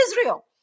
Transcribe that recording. Israel